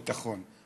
ביטחון,